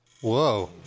Whoa